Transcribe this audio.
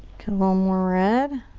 little more red.